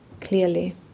clearly